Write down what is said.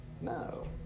No